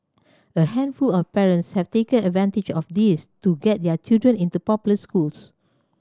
a handful of parents have taken advantage of this to get their children into popular schools